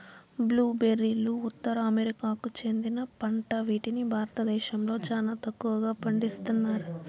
blue బెర్రీలు ఉత్తర అమెరికాకు చెందిన పంట వీటిని భారతదేశంలో చానా తక్కువగా పండిస్తన్నారు